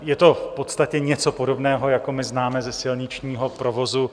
Je to v podstatě něco podobného, jako známe ze silničního provozu.